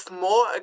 more